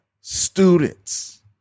students